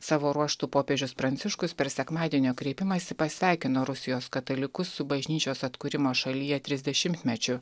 savo ruožtu popiežius pranciškus per sekmadienio kreipimąsi pasveikino rusijos katalikus su bažnyčios atkūrimo šalyje trisdešimtmečiu